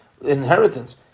Inheritance